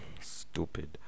Stupid